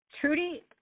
Trudy